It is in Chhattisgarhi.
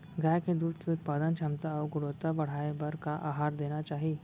गाय के दूध के उत्पादन क्षमता अऊ गुणवत्ता बढ़ाये बर का आहार देना चाही?